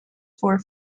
for